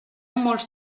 molts